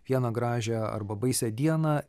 vieną gražią arba baisią dieną